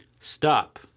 Stop